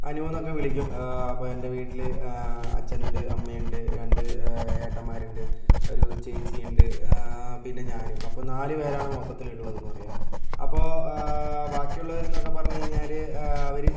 അനുന്നൊക്കെ വിളിക്കും അപ്പോൾ എൻ്റെ വീട്ടിൽ അച്ഛനുണ്ട് അമ്മയുണ്ട് രണ്ട് ഏട്ടന്മാരുണ്ട് ഒരു ചേച്ചിയുണ്ട് പിന്നെ ഞാനും അപ്പം നാല് പേരാണ് മൊത്തത്തിലുള്ളത് എന്ന് പറയാം അപ്പോൾ ബാക്കിയുള്ളവർ എന്നൊക്കെ പറഞ്ഞ് കഴിഞ്ഞാൽ അവർ